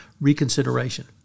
reconsideration